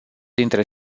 dintre